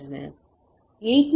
எனவே 802